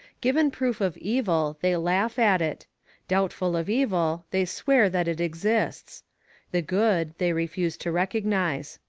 given proof of evil, they laugh at it doubtful of evil, they swear that it exists the good, they refuse to recognize.